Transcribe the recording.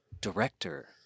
director